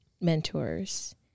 mentors